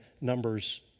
Numbers